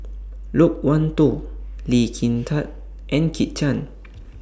Loke Wan Tho Lee Kin Tat and Kit Chan